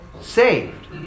saved